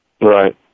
Right